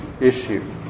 issue